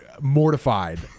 mortified